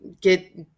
get